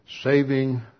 saving